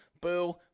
Boo